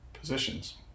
positions